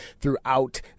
throughout